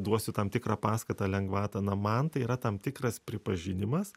duosiu tam tikrą paskatą lengvatą na man tai yra tam tikras pripažinimas